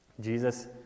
Jesus